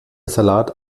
salat